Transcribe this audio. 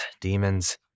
demons